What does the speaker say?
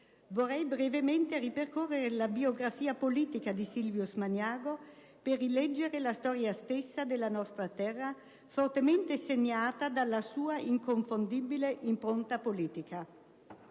Vorrei brevemente ripercorrere la biografia politica di Silvius Magnago per rileggere la storia stessa della nostra terra, fortemente segnata dalla sua inconfondibile impronta politica.